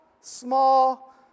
small